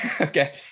Okay